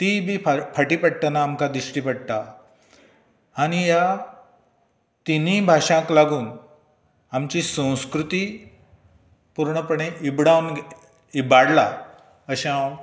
ती बी फाल्य फाटी पडटना आमकां दिश्टी पडटा आनी ह्या तिनूय भाशांक लागून आमची संस्कृती पुर्णपणे इबडावन इबाडलां अशें हांव